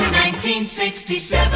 1967